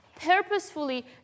purposefully